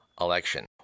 election